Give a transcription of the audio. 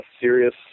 serious